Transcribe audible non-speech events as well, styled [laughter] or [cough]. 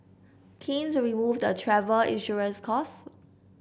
keen [unintelligible] remove the travel insurance costs